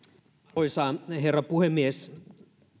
arvoisa herra puhemies